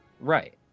Right